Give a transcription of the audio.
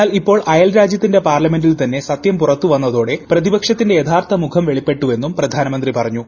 എന്നാൽ ഇപ്പോൾ അയൽരാജ്യത്തിന്റെ പാർലമെന്റിൽ തന്നെ സത്യം പുറത്തു വന്നതോടെ പ്രതിപക്ഷത്തിന്റെ യഥാർത്ഥ മുഖം വെളിപ്പെട്ടുവെന്നും പ്രധാനമന്ത്രി പറഞ്ഞു